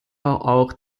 auch